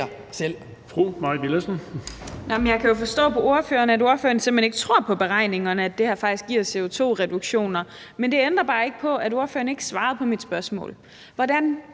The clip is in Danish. Jeg kan jo forstå på ordføreren, at ordføreren simpelt hen ikke tror på beregningerne – at det her faktisk giver CO2-reduktioner – men det ændrer bare ikke på, at ordføreren ikke svarede på mit spørgsmål: Hvordan